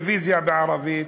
בטלוויזיה בערבית,